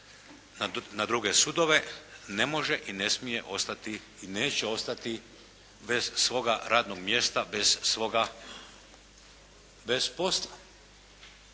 na druge sudove ne može i ne smije ostati i neće ostati bez svoga radnog mjesta, bez svoga, bez posla.